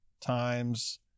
times